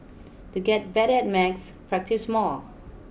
to get better at maths practise more